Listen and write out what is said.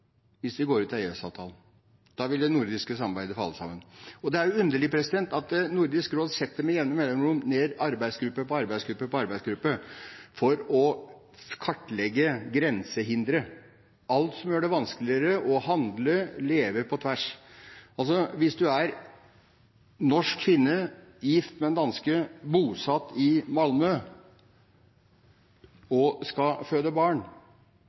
hvis vi går ut av EØS-avtalen. Da vil det nordiske samarbeidet falle sammen. Det er jo underlig at Nordisk råd med jevne mellomrom setter ned arbeidsgruppe på arbeidsgruppe på arbeidsgruppe for å kartlegge grensehindre, alt som gjør det vanskeligere å handle og å leve på tvers. Altså: Hvis man er norsk kvinne, gift med en danske, bosatt i Malmö og skal føde barn,